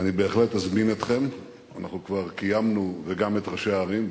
אני בהחלט אזמין אתכם וגם את ראשי הערים,